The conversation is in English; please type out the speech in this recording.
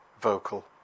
vocal